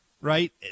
right